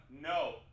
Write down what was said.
no